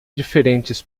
diferentes